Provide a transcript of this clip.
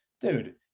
dude